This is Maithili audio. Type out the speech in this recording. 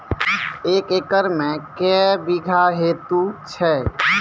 एक एकरऽ मे के बीघा हेतु छै?